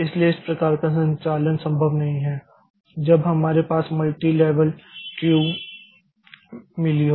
इसलिए इस प्रकार का संचलन संभव नहीं है जब हमारे पास मल्टीलेवल क्यू मिली हो